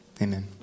Amen